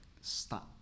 start